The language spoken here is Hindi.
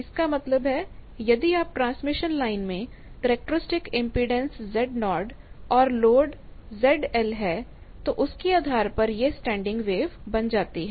इसका मतलब है यदि आपकी ट्रांसमिशन लाइन में कैरेक्टरिस्टिक इम्पीडेन्स Z0 और लोड ZL है तो उसके आधार पर यह स्टैंडिंग वेव बन जाती है